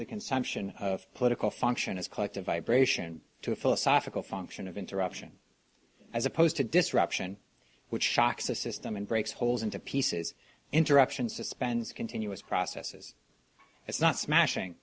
the consumption of political function as collective vibration to a philosophical function of interruption as opposed to disruption which shocks the system and breaks holes into pieces interruptions suspends continuous processes it's not smashing